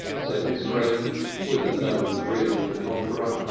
said his friend with a knowing grin at the conqueror.